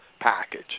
package